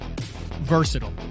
versatile